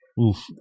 Oof